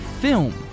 film